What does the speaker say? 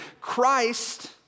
Christ